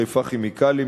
"חיפה כימיקלים",